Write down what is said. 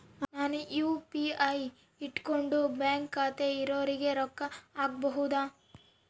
ನಾನು ಯು.ಪಿ.ಐ ಇಟ್ಕೊಂಡು ಬ್ಯಾಂಕ್ ಖಾತೆ ಇರೊರಿಗೆ ರೊಕ್ಕ ಹಾಕಬಹುದಾ?